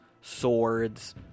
swords